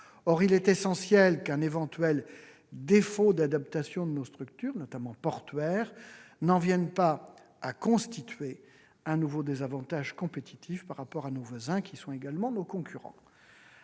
Or il est essentiel qu'un éventuel défaut d'adaptation de nos structures, notamment portuaires, n'en vienne pas à constituer un nouveau désavantage compétitif par rapport à nos voisins, qui sont également nos concurrents.